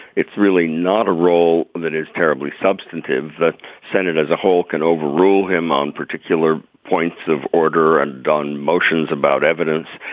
it's really not a role that is terribly substantive. the senate as a whole can overrule him on particular points of order and on motions about evidence.